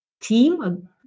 team